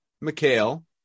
mikhail